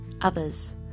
others